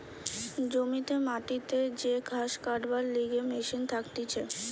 জমিতে মাটিতে যে ঘাস কাটবার লিগে মেশিন থাকতিছে